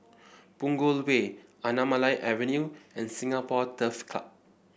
Punggol Way Anamalai Avenue and Singapore Turf Club